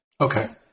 Okay